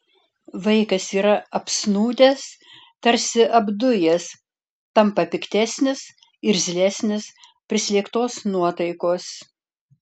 vaikas yra apsnūdęs tarsi apdujęs tampa piktesnis irzlesnis prislėgtos nuotaikos